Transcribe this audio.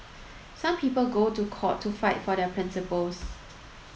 some people go to court to fight for their principles